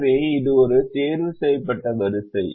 எனவே இது ஒரு தேர்வு செய்யப்பட்ட வரிசை